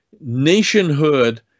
nationhood